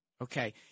Okay